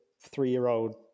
three-year-old